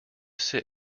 sit